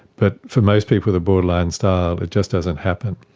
but for most people with a borderline style, it just doesn't happen.